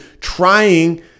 trying